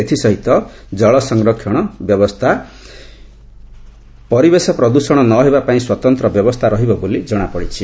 ଏଥିସହିତ ଜଳସଂରକ୍ଷଣ ବ୍ୟବସ୍ଥା ସମେତ ପରିବେଶ ପ୍ରଦ୍ ଷଣ ନ ହେବା ପାଇଁ ସ୍ୱତନ୍ତ୍ର ବ୍ୟବସ୍ଥା ରହିବ ବୋଲି ଜଣାପଡ଼ିଛି